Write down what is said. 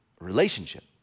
relationship